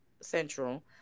Central